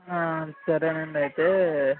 సరేనండి అయితే